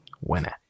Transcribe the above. Winner